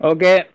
Okay